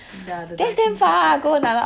ya the direction quite bad